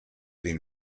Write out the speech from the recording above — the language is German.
den